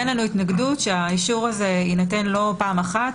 אין לנו התנגדות שהאישור הזה לא יינתן פעם אחת,